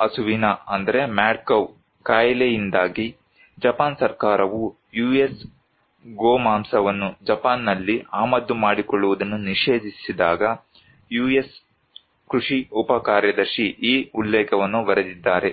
ಹುಚ್ಚು ಹಸುವಿನ ಕಾಯಿಲೆಯಿಂದಾಗಿ ಜಪಾನ್ ಸರ್ಕಾರವು US ಗೋಮಾಂಸವನ್ನು ಜಪಾನ್ನಲ್ಲಿ ಆಮದು ಮಾಡಿಕೊಳ್ಳುವುದನ್ನು ನಿಷೇಧಿಸಿದಾಗ US ಕೃಷಿ ಉಪ ಕಾರ್ಯದರ್ಶಿ ಈ ಉಲ್ಲೇಖವನ್ನು ಬರೆದಿದ್ದಾರೆ